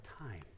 time